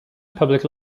public